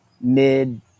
mid